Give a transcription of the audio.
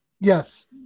yes